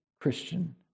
Christian